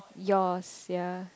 yours yea